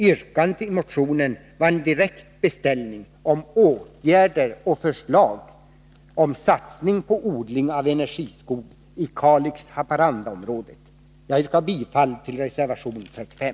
Yrkandet i motionen var en direkt beställning av åtgärder och förslag till satsning på odling av energiskog i Kalix-Haparanda-området. Jag yrkar bifall till reservation 35.